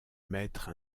mettre